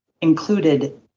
included